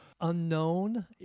unknown